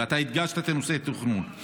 ואתה הדגשת את הנושא של התכנון.